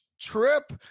trip